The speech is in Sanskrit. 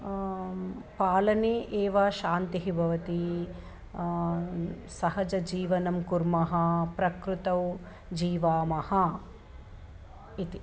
पालने एव सान्तिः भवति सहजजीवनं कुर्मः प्रकृतौ जीवामः इति